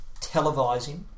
Televising